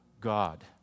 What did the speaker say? God